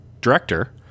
director